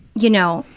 you know,